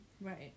Right